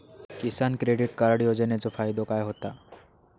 किसान credit card योजनेचो फायदो काय होता?